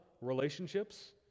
relationships